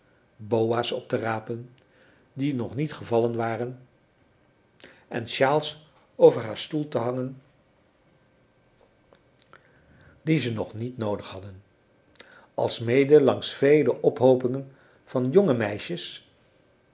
boa's op te rapen die nog niet gevallen waren en sjaals over haar stoel te hangen die ze nog niet noodig hadden alsmede langs vele ophoopingen van jonge meisjes